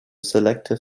selective